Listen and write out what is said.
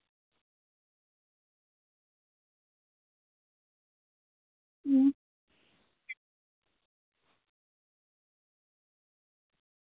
अं